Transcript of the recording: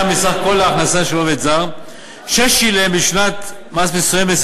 מסך כל ההכנסה של עובד זר ששילם בשנת מס מסוימת.